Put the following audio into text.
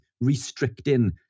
restricting